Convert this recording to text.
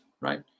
right